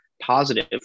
positive